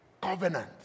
covenant